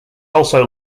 also